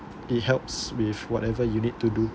it helps with whatever you need to do